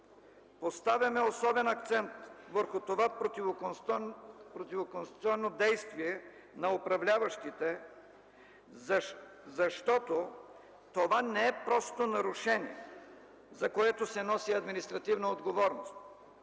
Поставяме особен акцент върху това противоконституционно действие на управляващите, защото то не е просто нарушение, за което се носи административна отговорност,